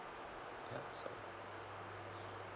perhaps some